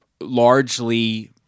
largely